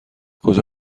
کجا